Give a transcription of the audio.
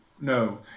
no